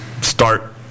start